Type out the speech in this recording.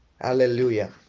Hallelujah